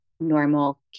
normal